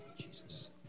Jesus